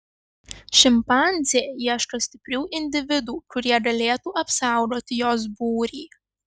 šimpanzė ieško stiprių individų kurie galėtų apsaugoti jos būrį